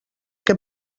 que